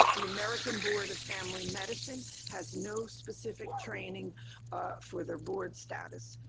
the american board of family medicine has no specific training for their board status.